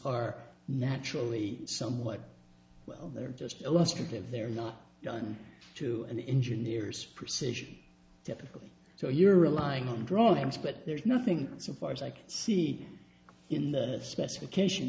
are naturally somewhat well they're just illustrative they're not done to and engineers perception typically so you're relying on drawings but there's nothing so far as i can see in that specification